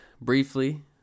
briefly